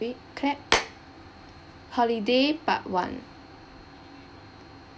clap holiday part one